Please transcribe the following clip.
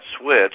switch